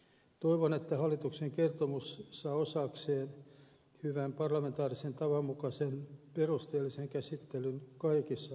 toivon että hallituksen kertomus saa osakseen hyvän parlamentaarisen tavan mukaisen perusteellisen käsittelyn kaikissa valiokunnissa